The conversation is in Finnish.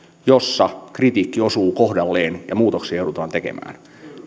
joissa kritiikki osuu kohdalleen ja muutoksia joudutaan tekemään